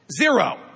Zero